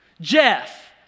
Jeff